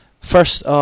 first